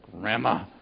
Grandma